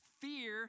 fear